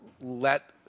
let